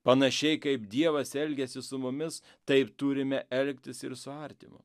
panašiai kaip dievas elgiasi su mumis taip turime elgtis ir su artimu